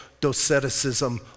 doceticism